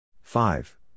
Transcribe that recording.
five